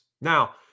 Now